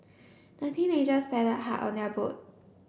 the teenagers paddled hard on their boat